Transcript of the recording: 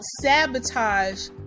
sabotage